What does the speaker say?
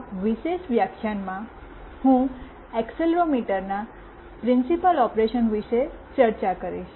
આ વિશેષ વ્યાખ્યાનમાં હું એક્સીલેરોમીટરના પ્રિન્સીપલ ઓપરેશન વિશે ચર્ચા કરીશ